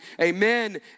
amen